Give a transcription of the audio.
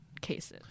cases